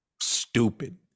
stupid